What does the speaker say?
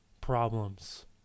problems